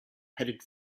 heading